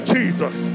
Jesus